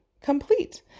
complete